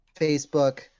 Facebook